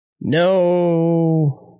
No